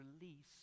release